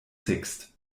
sixt